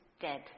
dead